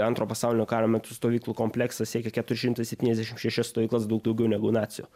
antro pasaulinio karo metu stovyklų kompleksą siekė keturi šimtai septyniasdešim šešias stovyklas daug daugiau negu nacių